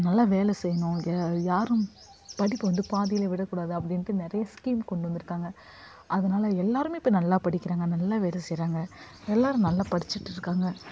நல்லா வேலை செய்யணும் யாரும் படிப்பை வந்து பாதியிலேயே விடக்கூடாது அப்படின்ட்டு நிறைய ஸ்கீம் கொண்டு வந்துருக்காங்க அதனால் எல்லாருமே இப்போ நல்லா படிக்கிறாங்க நல்லா வேலை செய்கிறாங்க எல்லாரும் நல்லா படிச்சிட்டு இருக்காங்க